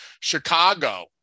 Chicago